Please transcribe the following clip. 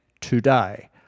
today